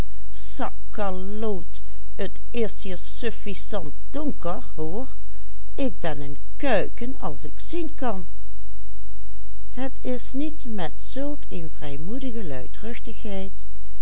kuiken als ik zien kan het is niet met zulk een vrijmoedige